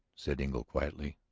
said engle quietly.